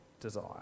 desire